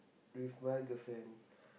with my girlfriend